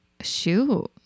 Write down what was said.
Shoot